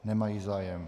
Nemají zájem.